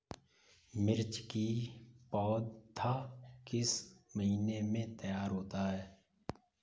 मिर्च की पौधा किस महीने में तैयार होता है?